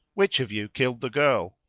which of you killed the girl?